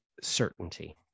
certainty